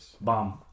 Bomb